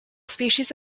species